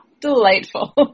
Delightful